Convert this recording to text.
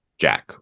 Jack